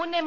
മുൻ എം